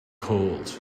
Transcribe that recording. cold